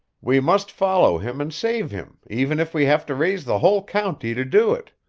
we must follow him and save him, even if we have to raise the whole county to do it.